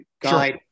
guide